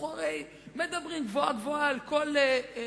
אנחנו הרי מדברים גבוהה-גבוהה על כל מקום